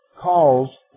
calls